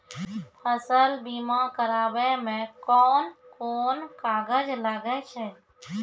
फसल बीमा कराबै मे कौन कोन कागज लागै छै?